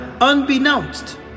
Unbeknownst